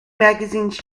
magazines